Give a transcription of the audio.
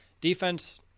Defense